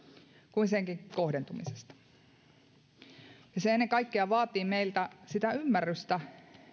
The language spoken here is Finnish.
kuin senkin kohdentumisesta se ennen kaikkea vaatii meiltä sitä ymmärrystä